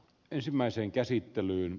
ensimmäisen käsittelyn